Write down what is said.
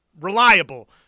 reliable